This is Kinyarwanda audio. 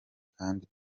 kandi